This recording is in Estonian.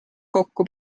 kokku